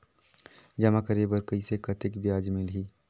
जमा करे बर कइसे कतेक ब्याज मिलही?